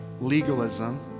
legalism